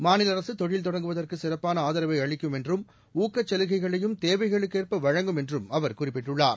மாநில அரசு தொழில் தொடங்குவதற்கு சிறப்பான ஆதரவை அளிக்கும் என்றும் ஊக்கச் சலுகைகளையும் தேவைகளுக்கேற்ப வழங்கும் என்றும் அவர் குறிப்பிட்டுள்ளார்